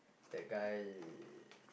the guy